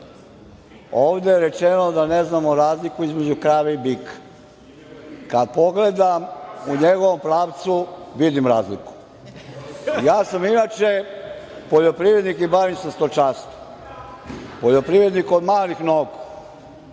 ovde je rečeno da ne znamo razliku između krave i bika. Kad pogledam u njegovom pravcu, vidim razliku. Ja sam inače poljoprivrednik i bavim se stočarstvom. Poljoprivrednik od malih nogu,